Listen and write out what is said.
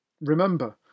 Remember